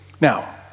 Now